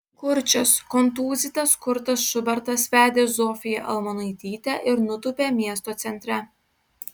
kurčias kontūzytas kurtas šubertas vedė zofiją almonaitytę ir nutūpė miesto centre